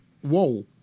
Whoa